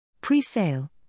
Pre-sale